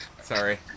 Sorry